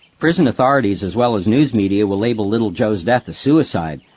prison authorities as well as news media will label little joe's death a suicide,